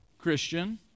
Christian